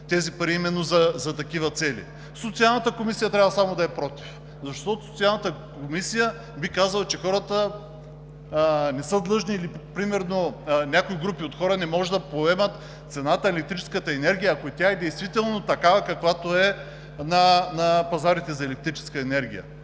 се използват именно за такива цели; Социалната комисия трябва само да е против, защото Социалната комисия би казала, че хората не са длъжни или примерно, че някои групи хора не могат да поемат цената на електрическата енергия, ако тя действително е такава, каквато е на пазарите за електрическа енергия.